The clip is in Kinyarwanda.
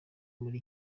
muri